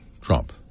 Trump